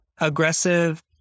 aggressive